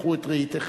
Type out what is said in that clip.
קחו את רהיטיכם,